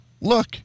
look